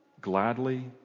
gladly